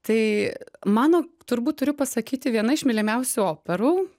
tai mano turbūt turiu pasakyti viena iš mylimiausių operų